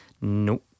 No